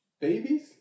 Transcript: Babies